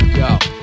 yo